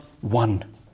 one